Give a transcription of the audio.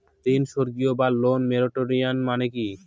ঋণ স্থগিত বা লোন মোরাটোরিয়াম মানে কি?